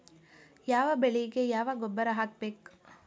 ಯಾವ ಬೆಳಿಗೆ ಯಾವ ಗೊಬ್ಬರ ಹಾಕ್ಬೇಕ್?